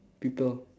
people